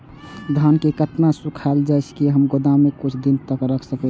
धान के केतना सुखायल जाय की हम गोदाम में कुछ दिन तक रख सकिए?